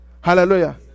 Hallelujah